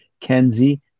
Kenzie